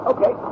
Okay